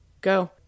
Go